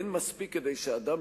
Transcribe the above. אין מספיק כדי שאדם,